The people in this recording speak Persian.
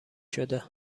شده